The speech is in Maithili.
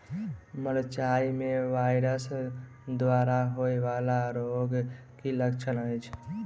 मिरचाई मे वायरस द्वारा होइ वला रोगक की लक्षण अछि?